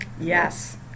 Yes